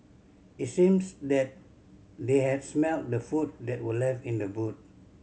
it seems that they had smelt the food that were left in the boot